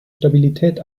stabilität